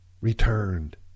returned